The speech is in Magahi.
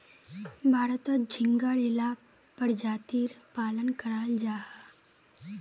भारतोत झिंगार इला परजातीर पालन कराल जाहा